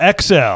XL